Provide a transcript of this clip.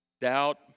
doubt